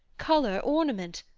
colour, ornament,